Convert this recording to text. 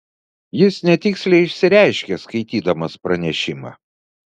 jis netiksliai išsireiškė skaitydamas pranešimą